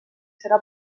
serà